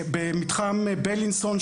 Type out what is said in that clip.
במתחם בילינסון,